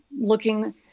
looking